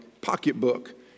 pocketbook